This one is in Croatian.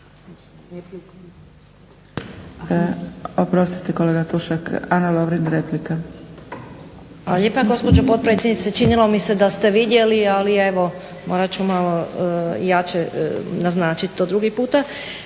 Oprostite kolega Tušak, Ana Lovrin replika. **Lovrin, Ana (HDZ)** Hvala lijepa gospođo potpredsjednice. Činilo mi se da ste vidjeli ali evo morat ću malo jače naznačiti to drugi puta.